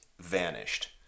vanished